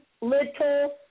little